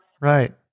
right